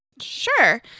Sure